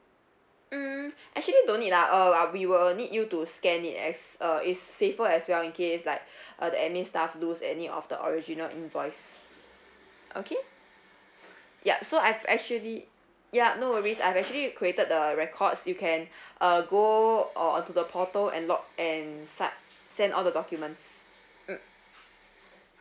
mm actually don't need lah oh uh we will need you to scan it as uh it's safer as well in case like uh the admin staff lose any of the original invoice okay yup so I've actually yup no worries I've actually created the records you can uh go on to the portal and log and site send all the documents mm